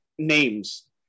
Names